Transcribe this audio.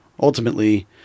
ultimately